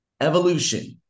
evolution